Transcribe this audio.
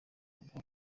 ntabwo